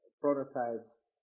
prototypes